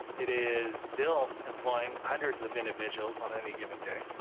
it is still employing hundreds of individuals on any given day.